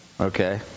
okay